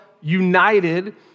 united